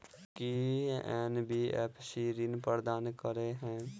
की NBFC ऋण प्रदान करे है?